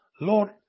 Lord